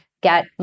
get